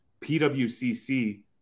PWCC